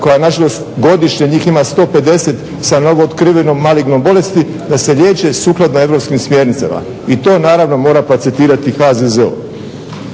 koja nažalost godišnje njih ima 150 sa novootkrivenom malignom bolesti, da se liječe sukladno europskim smjernicama. I to naravno mora placetirati HZZO.